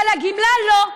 אבל הגמלה לא.